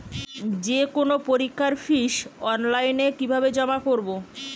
যে কোনো পরীক্ষার ফিস অনলাইনে কিভাবে জমা করব?